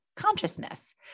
consciousness